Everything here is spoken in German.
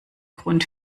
grund